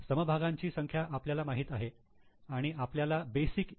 समभागांची संख्या आपल्याला माहित आहे आणि आपल्याला बेसिक इ